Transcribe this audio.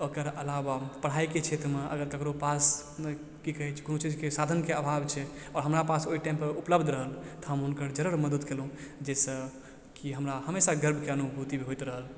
ओकर आलावा पढ़ाइके क्षेत्रमे ककरो पास कि कहै छै कोनो चीजके साधनके अभाव छै आओर हमरा पास ओहि टाइमपर उपलब्ध रहल तऽ हम हुनकर जरूर मदद केलहुॅं जाहिसँ कि हमरा हमेशा गर्वके अनुभूति होइत रहल